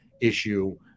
issue